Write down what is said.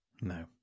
No